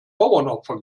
bauernopfer